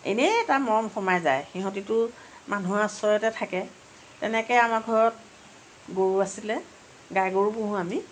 এনেই এটা মৰম সোমাই যায় সিহঁতিটো মানুহৰ আশ্ৰয়তে থাকে তেনেকৈ আমাৰ ঘৰত গৰু আছিলে গাই গৰু পোহোঁ আমি